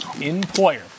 employer